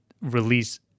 release